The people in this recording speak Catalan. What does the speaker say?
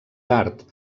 tard